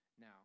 now